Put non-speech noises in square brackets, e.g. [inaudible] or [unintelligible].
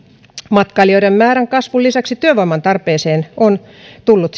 matkailijoiden määrän kasvun lisäksi työvoiman tarpeeseen on tullut [unintelligible]